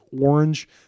orange